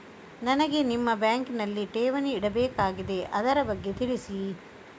ನನಗೆ ನಿಮ್ಮ ಬ್ಯಾಂಕಿನಲ್ಲಿ ಠೇವಣಿ ಇಡಬೇಕಾಗಿದೆ, ಅದರ ಬಗ್ಗೆ ತಿಳಿಸಿ